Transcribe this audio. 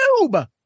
YouTube